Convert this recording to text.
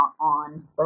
on